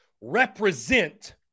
represent